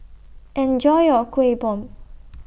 Enjoy your Kuih Bom